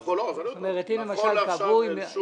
נכון לעכשיו, אין.